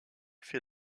fait